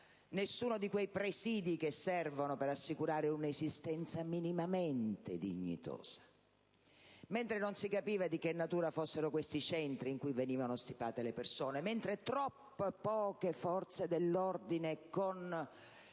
nessuno di quei presidi che servono per assicurare un'esistenza minimamente dignitosa; mentre non si capiva di che natura fossero questi centri in cui venivano stipate le persone; mentre troppo poche forze dell'ordine, con